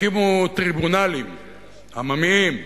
הקימו טריבונלים עממיים,